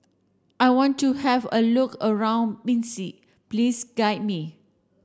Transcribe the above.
I want to have a look around Minsk Please guide me